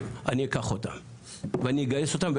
אני אקח אותם ואני אגייס אותם.